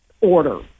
order